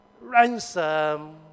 ransom